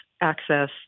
access